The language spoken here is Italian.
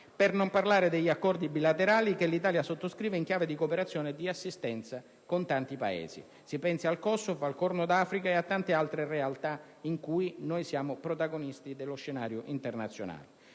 per non parlare degli accordi bilaterali che l'Italia sottoscrive in chiave di cooperazione e di assistenza con tanti Paesi. Si pensi al Kosovo, al Corno d'Africa e a tante altre realtà in cui siamo protagonisti nello scenario internazionale.